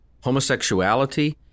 homosexuality